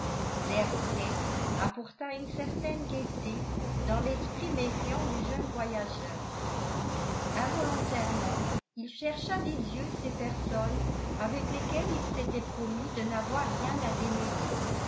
l'air frais apporta une certaine gaieté dans l'esprit méfiant du jeune voyageur involontairement il chercha des yeux ces personnes avec lesquelles il s'était promis de n'avoir rien à démêler